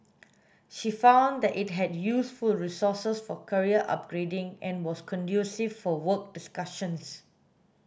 she found that it had useful resources for career upgrading and was conducive for work discussions